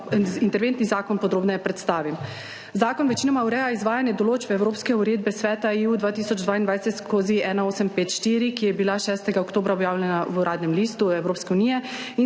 interventni zakon podrobneje predstavim. Zakon večinoma ureja izvajanje določb evropske uredbe Sveta EU 2022/1854, ki je bila 6. oktobra objavljena v Uradnem listu Evropske unije, in